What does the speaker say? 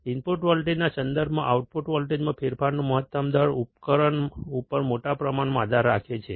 input વોલ્ટેજના સંદર્ભમાં output વોલ્ટેજમાં ફેરફારનો મહત્તમ દર ઉપકરણ ઉપર મોટા પ્રમાણમાં આધાર રાખે છે